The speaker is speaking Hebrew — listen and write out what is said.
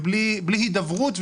בלי הידברות,